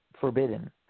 forbidden